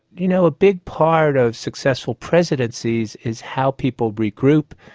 you know, a big part of successful presidencies is how people regroup,